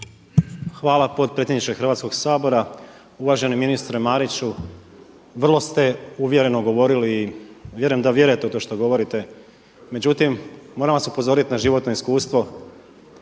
Hvala potpredsjedniče Hrvatskoga sabora. Uvaženi ministre Mariću, vrlo ste uvjereno govorili. Vjerujem da vjerujete u to što govorite. Međutim, moram vas upozoriti na životno iskustvo